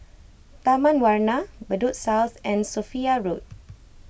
Taman Warna Bedok South and Sophia Road